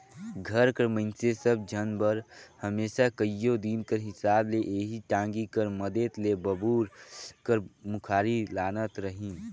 घर कर मइनसे सब झन बर हमेसा कइयो दिन कर हिसाब ले एही टागी कर मदेत ले बबूर कर मुखारी लानत रहिन